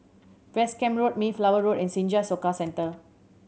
West Camp Road Mayflower Road and Senja Soka Centre